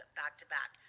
back-to-back